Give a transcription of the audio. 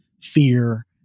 fear